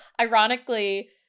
ironically